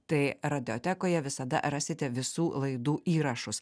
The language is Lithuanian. tai radiotekoje visada rasite visų laidų įrašus